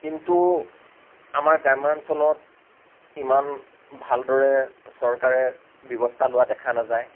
কিন্তু আমাৰ গ্ৰামাঞ্চলত ইমান ভালদৰে চৰকাৰে ব্যৱস্থা লোৱা দেখা নাযায়